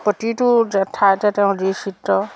প্ৰতিটো ঠাইতে তেওঁৰ যি চিত্ৰ